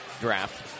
draft